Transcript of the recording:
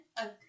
Okay